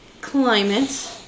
climate